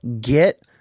get